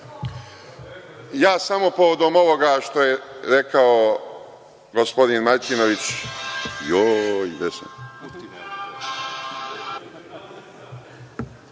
Ja samo povodom ovoga što je rekao gospodin Martinović,